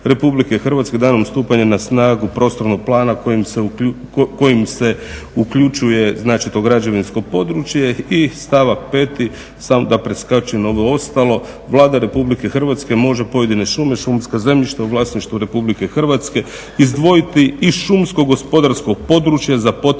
Republike Hrvatske danom stupanja na snagu prostornog plana kojim se uključuje, znači to građevinsko područje. I stavak 5., samo da preskočim ovo ostalo Vlada Republike Hrvatske može pojedine šume i šumska zemljišta u vlasništvu Republike Hrvatske izdvojiti iz šumskog gospodarskog područja za potrebe